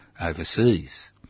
overseas